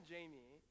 Jamie